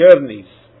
journeys